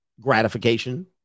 gratification